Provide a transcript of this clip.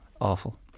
Awful